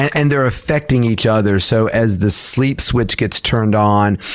and there are affecting each other. so as the sleep switch gets turned on,